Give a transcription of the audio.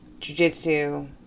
jujitsu